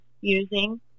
using